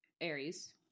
Aries